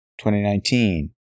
2019